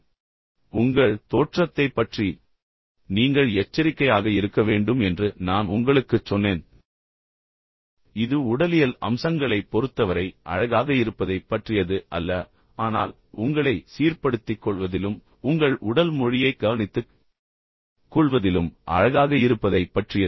எனவே உங்கள் தோற்றத்தைப் பற்றி நீங்கள் எச்சரிக்கையாக இருக்க வேண்டும் என்று நான் உங்களுக்குச் சொன்னேன் எனவே இது உடலியல் அம்சங்களைப் பொறுத்தவரை அழகாக இருப்பதைப் பற்றியது அல்ல ஆனால் உங்களை சீர்ப்படுத்திக் கொள்வதிலும் உங்கள் உடல் மொழியைக் கவனித்துக்கொள்வதிலும் அழகாக இருப்பதைப் பற்றியது